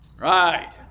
Right